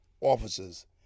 officers